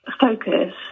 focus